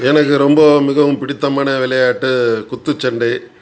எனக்கு ரொம்பவும் மிகவும் பிடித்தமான விளையாட்டு குத்துச்சண்டை